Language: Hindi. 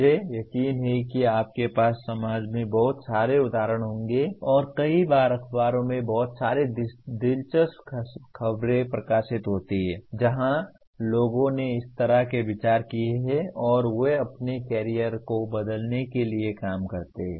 मुझे यकीन है कि आपके पास समाज में बहुत सारे उदाहरण होंगे और कई बार अखबारों में बहुत सारी दिलचस्प खबरें प्रकाशित होती हैं जहां लोगों ने इस तरह के विचार किए हैं और वे अपने करियर को बदलने के लिए काम करते हैं